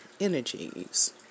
energies